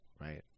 Right